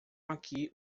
aqui